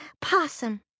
Possum